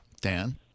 Dan